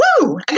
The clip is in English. woo